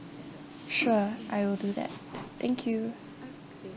sure I will do that thank you